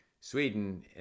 Sweden